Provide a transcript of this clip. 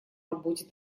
работе